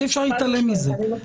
אי אפשר להתעלם מזה.